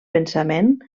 pensament